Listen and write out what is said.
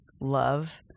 love